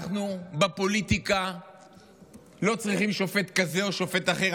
אנחנו בפוליטיקה לא צריכים שופט כזה או שופט אחר,